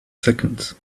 seconds